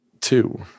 Two